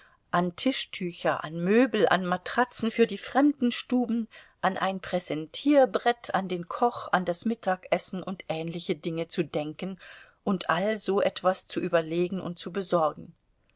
an tischtücher an möbel an matratzen für die fremdenstuben an ein präsentierbrett an den koch an das mittagessen und ähnliche dinge zu denken und all so etwas zu überlegen und zu besorgen